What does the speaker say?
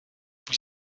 vous